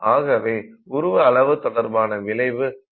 ஆகவே உருவ அளவு தொடர்பான விளைவு அந்த விலங்கின் உள்ளே ஏற்படுகிறது